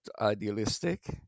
idealistic